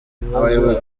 ibibazo